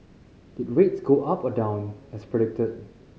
did rates go up or down as predicted